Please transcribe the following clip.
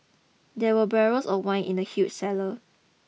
there were barrels of wine in the huge cellar